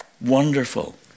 wonderful